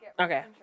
Okay